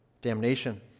damnation